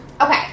okay